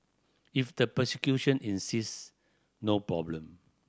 if the prosecution insist no problem